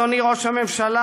אדוני ראש הממשלה,